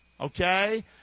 Okay